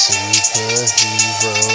Superhero